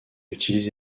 utilise